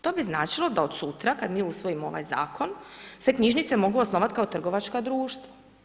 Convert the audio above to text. To bi značilo da od sutra, kad mi usvojimo ovaj zakon se knjižnice mogu osnovati kao trgovačka društva.